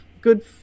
good